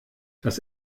das